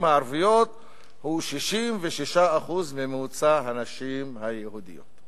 הערביות הוא 66% מממוצע הנשים היהודיות.